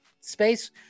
space